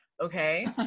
okay